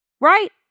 Right